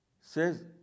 says